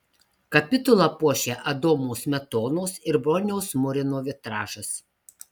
kapitulą puošią adomo smetonos ir broniaus murino vitražas